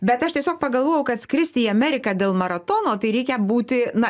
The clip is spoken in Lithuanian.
bet aš tiesiog pagalvojau kad skristi į ameriką dėl maratono tai reikia būti na